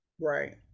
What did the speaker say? Right